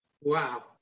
Wow